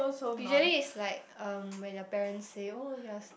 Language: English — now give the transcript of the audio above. usually is like um when your parents say oh you are s~